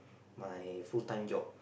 my full time job